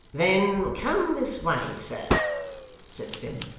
then come this way, sir said sim,